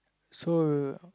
so will